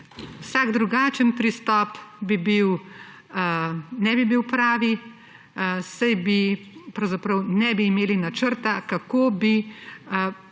Vsak drugačen pristop ne bi bil pravi, saj pravzaprav ne bi imeli načrta, kako bi